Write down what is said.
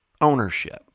ownership